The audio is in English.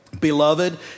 Beloved